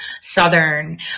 Southern